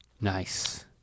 Nice